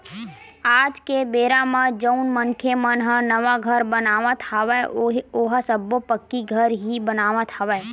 आज के बेरा म जउन मनखे मन ह नवा घर बनावत हवय ओहा सब्बो पक्की घर ही बनावत हवय